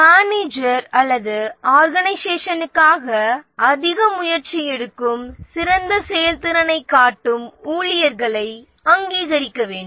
manager அல்லது நிர்வாகமானது அதிக முயற்சி எடுக்கும் சிறந்த செயல்திறனைக் காட்டும் ஊழியர்களை அங்கீகரிக்க வேண்டும்